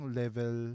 level